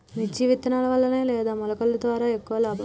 మిర్చి విత్తనాల వలన లేదా మొలకల ద్వారా ఎక్కువ లాభం?